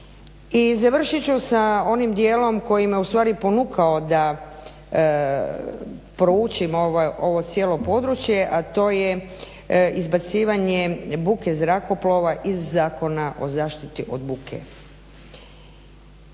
I završit ću sa onim dijelom koji me ustvari ponukao da proučim ovo cijelo područje, a to je izbacivanje buke zrakoplova iz Zakona o zaštiti od buke.